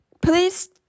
please